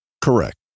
Correct